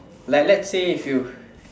like let's say if you